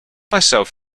myself